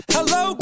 Hello